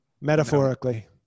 metaphorically